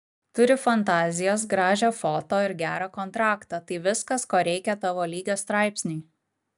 turi fantazijos gražią foto ir gerą kontraktą tai viskas ko reikia tavo lygio straipsniui